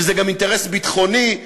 שזה גם אינטרס ביטחוני.